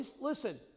listen